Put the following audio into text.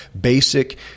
basic